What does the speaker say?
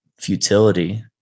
futility